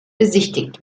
besichtigt